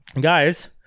guys